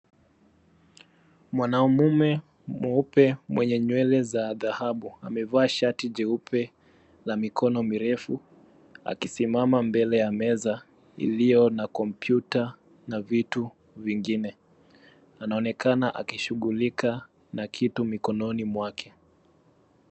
Mwanaume mweupe mwenye nywele za dhahabu, amevaa shati jeupe la mikono mirefu akisimama mbele ya meza iliyo na kompyuta na vitu vingine. Anaonekana akishughulika na kitu mikononi mwake.